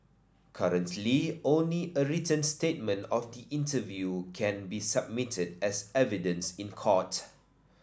currently only a written statement of the interview can be submitted as evidence in court